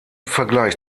vergleich